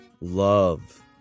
love